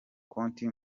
konti